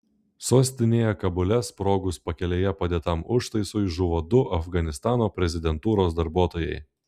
sostinėje kabule sprogus pakelėje padėtam užtaisui žuvo du afganistano prezidentūros darbuotojai